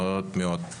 (באמצעות מצגת)